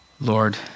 Lord